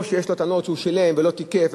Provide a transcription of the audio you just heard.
או שיש לו טענות שהוא שילם ולא תיקף,